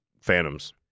phantoms